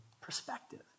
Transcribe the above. perspective